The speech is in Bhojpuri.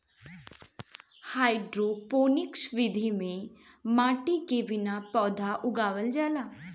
हाइड्रोपोनिक्स विधि में माटी के बिना पौधा उगावल जाला